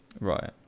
Right